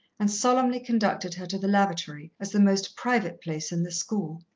and solemnly conducted her to the lavatory as the most private place in the school.